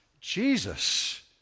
Jesus